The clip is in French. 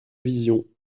vision